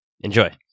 Enjoy